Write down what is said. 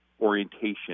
orientation